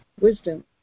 wisdom